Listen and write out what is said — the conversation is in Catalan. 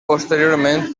posteriorment